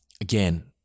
again